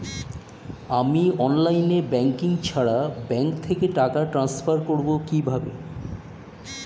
আমি online banking ছাড়া bank থেকে টাকা ট্রান্সফার করবো কিভাবে?